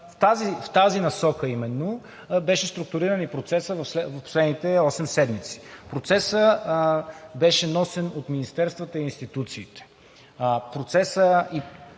В тази насока именно беше структуриран и процесът в последните осем седмици. Процесът беше носен от министерствата и институциите.